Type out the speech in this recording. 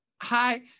Hi